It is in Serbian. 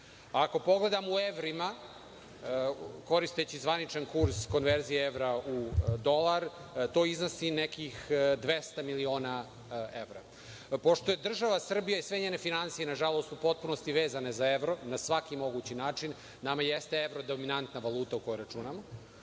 ako pogledamo u evrima, koristeći zvaničan kurs konverzije evra u dolar, to iznosi nekih 200 miliona evra. Pošto je država Srbija i sve njene finansije, na žalost, u potpunosti vezane za evro, na svaki mogući način, nama jeste evro dominantna valuta koju računamo,